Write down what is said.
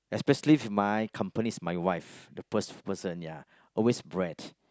especially if my company is my wife the first person ya always bread